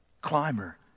climber